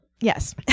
yes